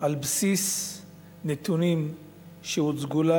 על בסיס נתונים שהוצגו לה,